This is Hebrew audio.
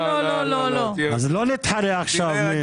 לא נתחרה עכשיו.